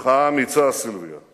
אמך האמיצה, סילביו,